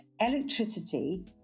electricity